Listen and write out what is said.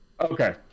Okay